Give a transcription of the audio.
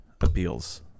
appeals